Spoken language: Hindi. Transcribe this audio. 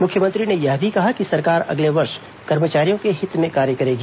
मुख्यमंत्री ने यह भी कहा कि सरकार अगले वर्ष कर्मचारियों के हित में कार्य करेगी